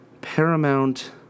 Paramount